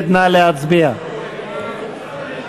בל"ד וקבוצת סיעת חד"ש